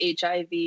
HIV